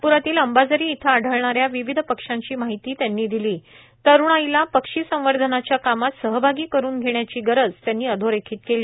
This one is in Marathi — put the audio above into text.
नागप्रातील अंबाझरी येथे आढळणाऱ्या विविध पक्ष्यांची माहिती त्यांनी दिली तरुणाईला पक्षी संवर्धनाच्या कामात सहभागी करून घेण्याची गरज त्यांनी अधोरेखित केली